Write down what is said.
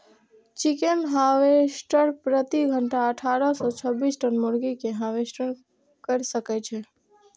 chicken harvester प्रति घंटा अट्ठारह सं छब्बीस टन मुर्गी कें हार्वेस्ट कैर सकै छै